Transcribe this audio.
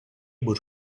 able